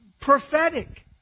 prophetic